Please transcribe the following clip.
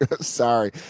Sorry